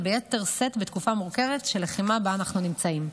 וביתר שאת בתקופה המורכבת של הלחימה שבה אנחנו נמצאים.